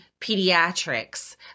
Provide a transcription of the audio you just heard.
pediatrics